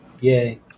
yay